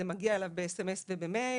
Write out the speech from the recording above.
זה מגיע אליו בסמס ובמייל.